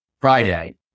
Friday